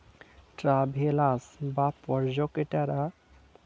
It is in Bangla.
ট্রাভেলার্স বা পর্যটকরা চেকের পরিবর্তে টাকার ব্যবহার করে